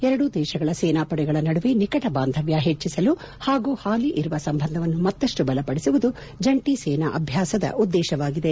ಎರಡು ದೇಶಗಳ ಸೇನಾಪಡೆಗಳ ನಡುವೆ ನಿಕಟ ಬಾಂಧವ್ಯ ಹೆಚ್ಚಿಸಲು ಹಾಗೂ ಹಾಲಿಯಿರುವ ಸಂಬಂಧವನ್ನು ಮತ್ತಷ್ಟು ಬಲಪಡಿಸುವುದು ಜಂಟಿ ಸೇನಾ ಅಭ್ಯಾಸದ ಉದ್ದೇಶವಾಗಿದೆ